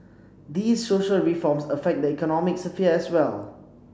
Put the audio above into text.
these social reforms affect the economic sphere as well